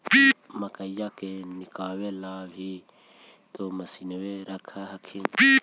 मकईया के निकलबे ला भी तो मसिनबे रख हखिन?